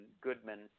Goodman